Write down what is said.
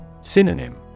Synonym